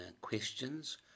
questions